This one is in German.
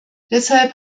deshalb